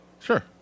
Sure